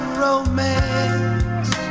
romance